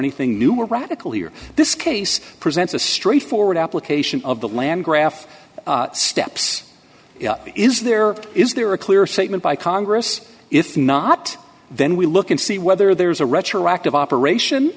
anything new or radical here this case presents a straightforward application of the land graph steps is there is there a clear statement by congress if not then we look and see whether there's a retroactive operation